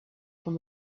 from